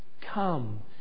come